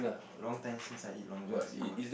long time since I eat Long-John-Silver